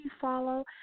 follow